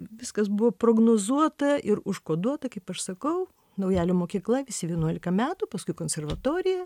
viskas buvo prognozuota ir užkoduota kaip aš sakau naujalio mokykla visi vienuolika metų paskui konservatorija